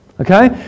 Okay